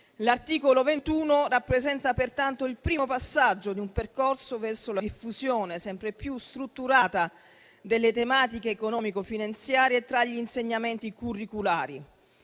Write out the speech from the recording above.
L'articolo 21 rappresenta pertanto il primo passaggio di un percorso verso la diffusione sempre più strutturata delle tematiche economico-finanziarie tra gli insegnamenti curriculari.